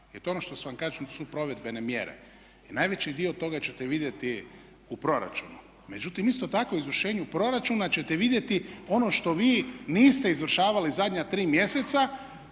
Jer to je ono što vam kažem provedbene mjere. Najveći dio toga ćete vidjeti u proračunu. Međutim, isto tako u izvršenju proračuna ćete vidjeti ono što vi niste izvršavali zadnja tri mjeseca,